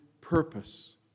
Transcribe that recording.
purpose